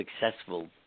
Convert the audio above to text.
successful